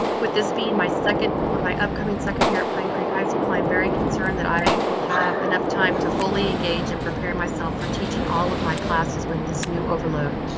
would this be my second when my upcoming second year at pine creek high school? i'm very concerned that i will have enough time to fully engage and prepare myself for teaching all of my classes with this new overload.